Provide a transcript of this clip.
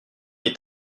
est